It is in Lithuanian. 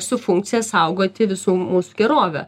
su funkcija saugoti visų mūsų gerovę